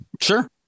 Sure